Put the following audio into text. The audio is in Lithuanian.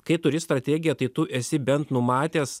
kai turi strategiją tai tu esi bent numatęs